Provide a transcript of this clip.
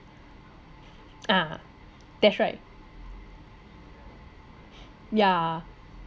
ah that's right yeah